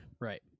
Right